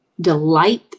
delight